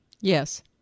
Yes